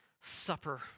Supper